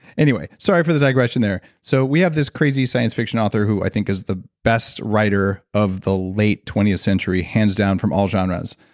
anyway, sorry for the digression there. so we have this crazy science-fiction author who i think is the best writer of the late twentieth century, hands down, from all genres